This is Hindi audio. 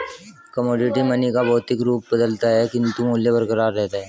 कमोडिटी मनी का भौतिक रूप बदलता है किंतु मूल्य बरकरार रहता है